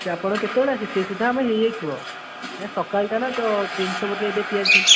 ଯେ ଆପଣ କେତେବେଳେ ଆସିବେ ସେଇ ସୁଦ୍ଧା ଆମେ ହୋଇଯାଇଥିବ ଏ ସକାଳଟା ନା ତ ଜିନିଷ ଏବେ ତିଆରି ଚାଲିଛି